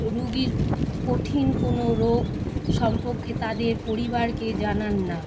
রুগীর কঠিন কোনো রোগ সম্পর্কে তাদের পরিবারকে জানান না